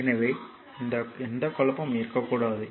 எனவே எந்த குழப்பமும் இருக்கக்கூடாது